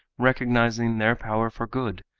recognizing their power for good,